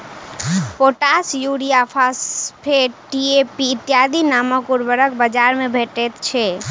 potash, urea, phosphate, DAP इत्यादि नामक उर्वरक बाजार मे भेटैत छै